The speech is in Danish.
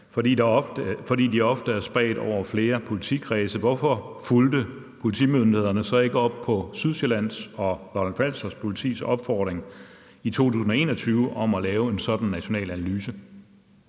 fordi de ofte er spredt over flere politikredse, synes ministeren så ikke, at politimyndighederne burde have fulgt op på Sydsjællands og Lolland-Falsters Politis opfordring i 2021 om at lave en sådan national analyse?